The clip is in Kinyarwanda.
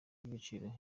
ry’ibiciro